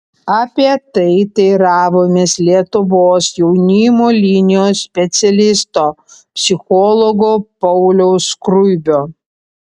apie tai teiravomės lietuvos jaunimo linijos specialisto psichologo pauliaus skruibio